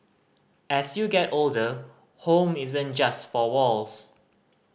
as you get older home isn't just four walls